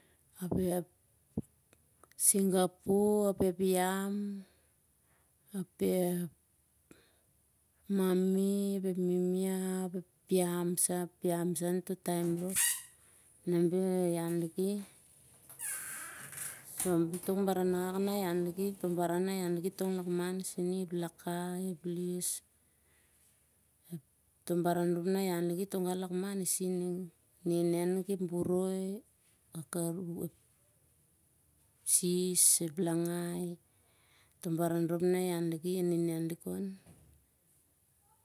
Ap ep singapu ap ep yam ep mami ap ep mimia ap ep piam sah, piam sah on toh taem rop nah oi re ian liki. Bel tok baran akak nah ian liki toh baran na ian liki tong lakman isi ning. Ep laka ep lesh, toh baran na ian liki tong lakman isining. Ep baran rop ngaki ep boroi ep sis ep langai. Toh baran rop nah ian liki a nenen lik on.